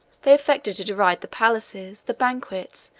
they affected to deride the palaces, the banquets,